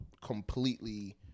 completely